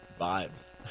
vibes